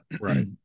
right